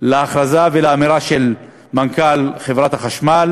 להכרזה ולאמירה של מנכ"ל חברת החשמל,